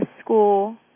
school